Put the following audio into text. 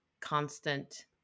constant